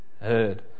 heard